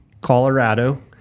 Colorado